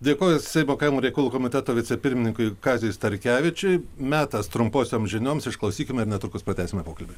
dėkoju seimo kaimo reikalų komiteto vicepirmininkui kaziui starkevičiui metas trumposioms žinioms išklausykime ir netrukus pratęsime pokalbį